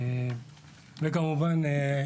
וכמובן,